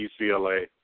UCLA